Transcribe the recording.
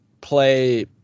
play